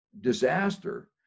disaster